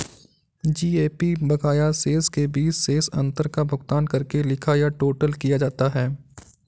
GAP बकाया शेष के बीच शेष अंतर का भुगतान करके लिखा या टोटल किया जाता है